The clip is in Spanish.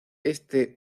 este